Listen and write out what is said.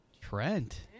Trent